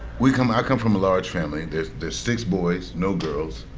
we come, i come from a large family. there's six boys, no girls.